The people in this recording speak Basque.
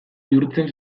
bihurtzen